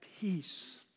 peace